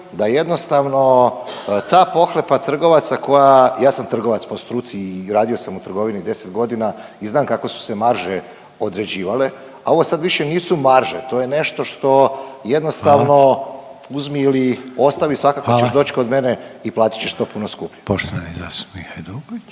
da jednostavno ta pohlepa trgovaca koja, ja sam trgovac po struci i radio sam u trgovini 10 godina i znam kako su se marže određivale, a ovo sad više nisu marže, to je nešto što jednostavno … .../Upadica: Hvala./... uzmi ili ostavi, svakako ćeš doći … .../Upadica: Hvala./... kod mene i platit ćeš to puno skuplje. **Reiner, Željko